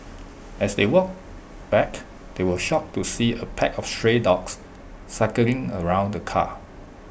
as they walked back they were shocked to see A pack of stray dogs circling around the car